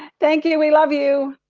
thank you. we love you.